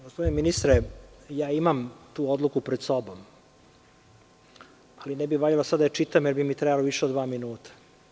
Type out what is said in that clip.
Gospodine ministre, ja imam tu odluku pred sobom, ali ne bi valjalo sad da je čitam jer bi mi trebalo više od dva minuta.